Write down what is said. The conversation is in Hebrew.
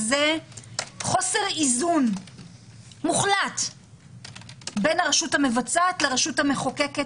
זה חוסר איזון מוחלט בין הרשות המבצעת לרשות המחוקקת.